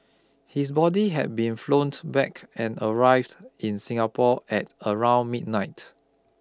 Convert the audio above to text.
his body had been flownt back and arrived in Singapore at around midnight